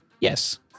Yes